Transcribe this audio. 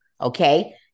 Okay